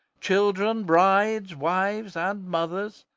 children, brides, wives and mothers,